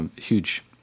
Huge